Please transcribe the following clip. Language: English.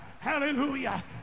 hallelujah